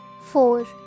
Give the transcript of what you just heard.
Four